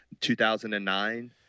2009